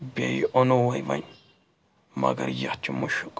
بیٚیہِ اوٚنو وَنہِ مگر یَتھ چھِ مُشُک